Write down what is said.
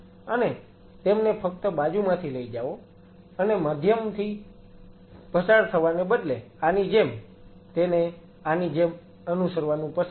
અને તેમને ફક્ત બાજુમાંથી લઈ જાઓ અને માધ્યમથી પસાર થવાને બદલે આની જેમ તેને આની જેમ અનુસરવાનું પસંદ કરો